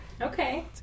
Okay